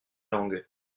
langue